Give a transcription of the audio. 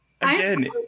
Again